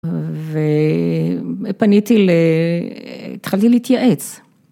ופניתי, התחלתי להתייעץ.